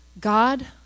God